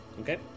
Okay